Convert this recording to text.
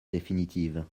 définitive